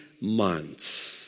months